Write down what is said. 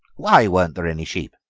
why weren't there any sheep?